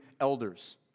elders